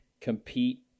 compete